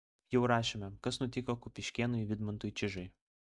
jau rašėme kas nutiko kupiškėnui vidmantui čižai